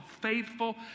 faithful